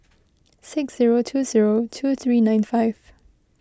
six zero two zero two three nine five